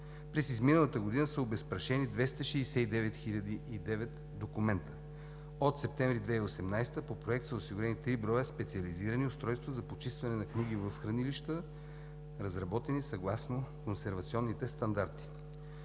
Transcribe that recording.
През изминалата година са обезпрашени 269 009 документа. От месец септември 2018 г. по проект са осигурени три броя специализирани устройства за почистване на книги в хранилищата, разработени съгласно консервационните стандарти.